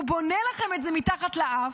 הוא בונה לכם את זה מתחת לאף,